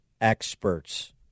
experts